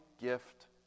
gift